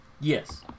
Yes